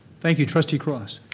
thank you, trustee cross.